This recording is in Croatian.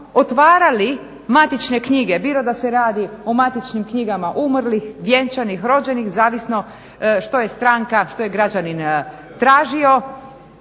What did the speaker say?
otvarali matične knjige, bilo da se radi o matičnim knjigama umrlih, vjenčanih, rođenih zavisno što je stranka, što je građanin tražio,